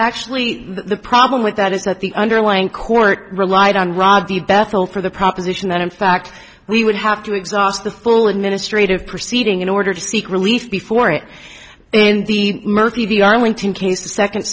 actually the problem with that is that the underlying court relied on ravi bethel for the proposition that in fact we would have to exhaust the full administrative proceeding in order to seek relief before it in the murthy the arlington